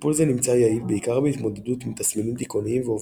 טיפול זה נמצא יעיל בעיקר בהתמודדות עם תסמינים דיכאוניים ואובדנות.